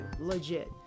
legit